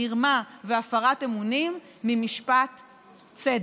מרמה והפרת אמונים ממשפט צדק.